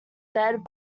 dead